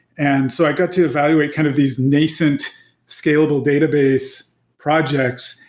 and so i got to evaluate kind of these nascent scalable database projects,